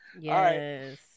Yes